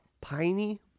piney